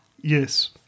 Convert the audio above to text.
Yes